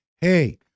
hey